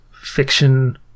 fiction